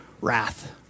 wrath